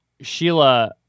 Sheila